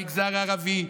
במגזר הערבי,